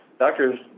Doctors